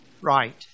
right